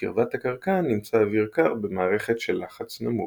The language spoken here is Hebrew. ובקרבת הקרקע נמצא אוויר קר במערכת של לחץ נמוך.